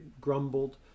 grumbled